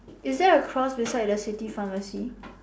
is there a cross beside the city pharmacy